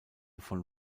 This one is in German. von